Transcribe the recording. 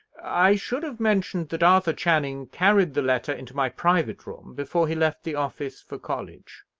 i should have mentioned that arthur channing carried the letter into my private room before he left the office for college.